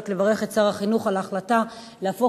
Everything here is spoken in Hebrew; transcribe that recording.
רק לברך את שר החינוך על ההחלטה להפוך